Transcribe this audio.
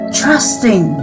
trusting